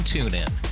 TuneIn